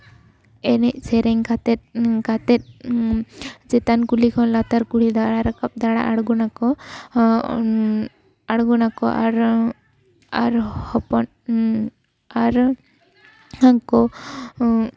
ᱮᱱᱮᱡ ᱥᱮᱨᱮᱧ ᱠᱟᱛᱮ ᱚᱝᱠᱟ ᱛᱮ ᱪᱮᱛᱟᱱ ᱠᱩᱞᱤ ᱠᱷᱚᱱᱟᱜ ᱞᱟᱛᱟᱨ ᱠᱩᱞᱦᱤ ᱫᱟᱬᱟ ᱨᱟᱠᱟᱵ ᱫᱟᱬᱟ ᱟᱬᱜᱚᱱᱟᱠᱚ ᱟᱬᱜᱚᱱᱟᱠᱚ ᱟᱨ ᱦᱚᱯᱚᱱ ᱟᱨ ᱩᱱᱠᱩ